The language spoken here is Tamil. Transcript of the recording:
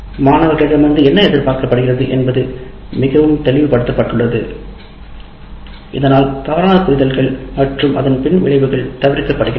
மாணவர்களிடமிருந்து என்ன எதிர்பார்க்கப்படுகிறது என்பது மிகவும் தெளிவுபடுத்தப்பட்டுள்ளது இதனால் தவறான புரிதல்கள் மற்றும் அதன் பின் விளைவுகள் தவிர்க்கப்படுகின்றன